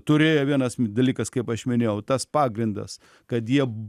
turėjo vienas dalykas kaip aš minėjau tas pagrindas kad jie